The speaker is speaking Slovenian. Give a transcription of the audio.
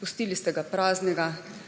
Pustili ste praznega,